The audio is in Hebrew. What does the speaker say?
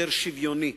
יותר שוויוני,